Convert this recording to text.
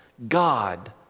God